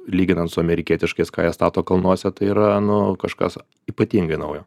lyginant su amerikietiškais ką jie stato kalnuose tai yra nu kažkas ypatingai naujo